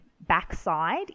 backside